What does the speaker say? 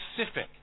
specific